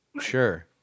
Sure